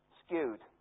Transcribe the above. skewed